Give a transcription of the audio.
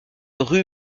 rue